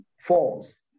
falls